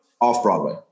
Off-Broadway